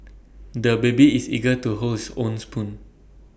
the baby is eager to hold his own spoon